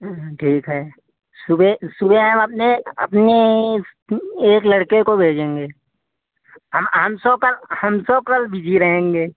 हाँ ठीक है सुबह सुबह हम अपने अपने एक लड़के को भेजेंगे हम हम सो कल हम सो कल बिजी रहेंगे